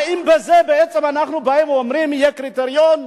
והאם בזה בעצם אנחנו באים ואומרים יהיה קריטריון?